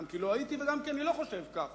גם כי לא הייתי וגם כי אני לא חושב כך.